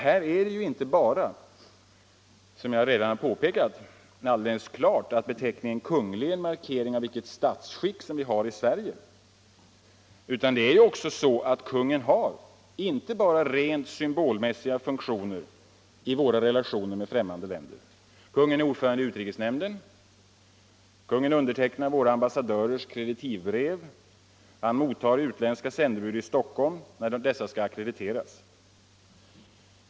Här är det inte bara - som jag redan påpekat — alldeles klart att beteckningen Kungl. är en markering av vilket statsskick vi har i Sverige, utan det är också så att kungen har inte bara rent symbolmässiga 105 Om åtgärder för att avskaffa påminnelser om att Sverige är en monarki funktioner i våra relationer med främmande länder. Kungen är ordförande i utrikesnämnden. Han undertecknar våra ambassadörers kreditivbrev. Han mottager utländska sändebud i Stockholm när dessa skall ackrediteras.